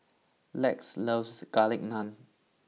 Lex loves Garlic Naan